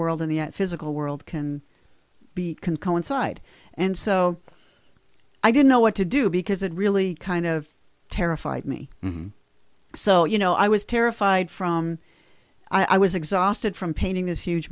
world in the physical world can be can come inside and so i didn't know what to do because it really kind of terrified me so you know i was terrified from i was exhausted from painting this huge